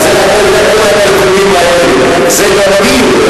כל התחכומים האלה, את זה גם אני יודע.